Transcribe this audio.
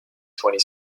twenty